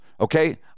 okay